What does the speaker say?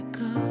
go